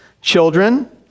Children